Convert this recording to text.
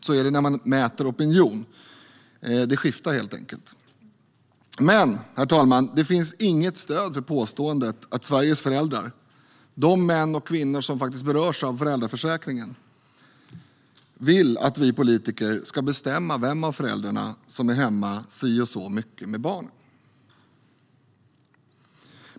Så är det när man mäter opinion. Det skiftar helt enkelt. Men, herr talman, det finns inget stöd för påståendet att Sveriges föräldrar, de män och kvinnor som berörs av föräldraförsäkringen, vill att vi politiker ska bestämma vem av föräldrarna som är hemma si och så mycket med barnen.